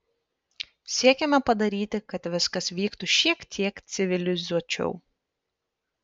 siekiame padaryti kad viskas vyktų šiek tiek civilizuočiau